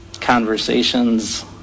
conversations